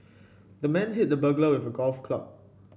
the man hit the burglar with a golf club